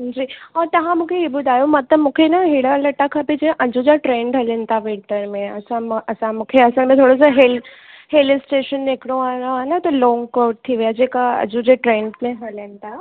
जी और तव्हां मूंखे इहे ॿुधायो मां त मूंखे न अहिड़ा लटा खपे जीअं अॼ जा ट्रेंड हलनि था विंटर में असां मां असां मूंखे असुल में थोरो सो हिल हिल स्टेशन निकिरणो आहे न त लौंग कोट थी विया जेका अॼ जे ट्रेंड में हलनि था